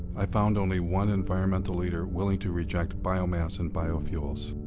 found only one environmental leader willing to reject biomass and biofuels.